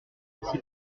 ainsi